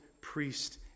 priest